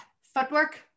Footwork